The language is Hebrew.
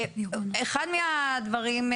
אחד מהדברים,